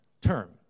term